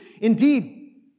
Indeed